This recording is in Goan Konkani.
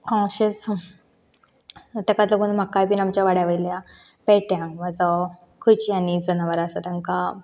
अशेंच तेकात लागून म्हाकाय बी आमच्या वाड्यां वयल्या पेट्यांक वा जांव खंयची आनी जनावरां आसा तांकां